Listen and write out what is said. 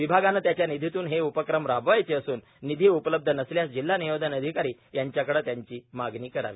विभागानं त्यांच्या निधीतून हे उपक्रम राबवायचं असून निधी उपलब्ध नसल्यास जिल्हा नियोजन अधिकारी यांच्याकडे त्याची मागणी करावी